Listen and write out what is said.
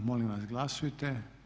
Molim vas glasujte.